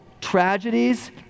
tragedies